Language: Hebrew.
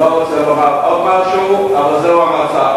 אני לא רוצה לומר עוד משהו, אבל זה המצב.